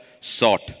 sought